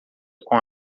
com